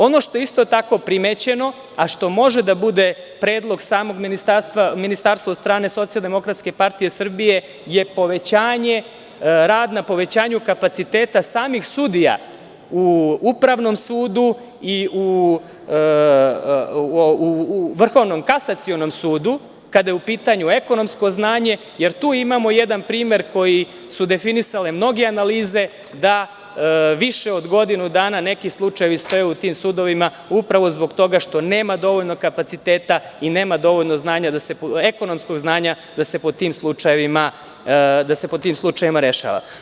Ono što je isto tako primećeno, a što može da bude predlog samog ministarstva, ministarstvo od strane SDPS, je rad na povećanju kapaciteta samih sudija u Upravnom sudu i u Vrhovnom kasacionom sudu kada je u pitanju ekonomsko znanje, jer tu imamo jedan primer koji su definisale mnoge analize da više od godinu dana neki slučajevi stoje u tim sudovima, upravo zbog toga što nema dovoljno kapaciteta i nema dovoljno ekonomskog znanja da se po tim slučajevima rešava.